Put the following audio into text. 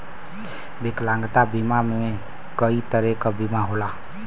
विकलांगता बीमा में कई तरे क बीमा होला